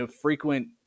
frequent